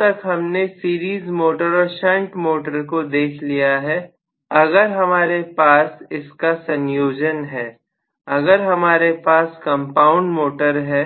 अब तक हमने सीरीज मोटर और शंट मोटर को देख लिया है अगर हमारे पास इसका संयोजन है अगर हमारे पास कंपाउंड मोटर है